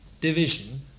division